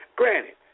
granted